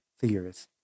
theories